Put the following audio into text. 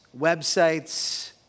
websites